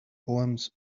poems